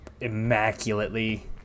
immaculately